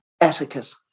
etiquette